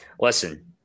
listen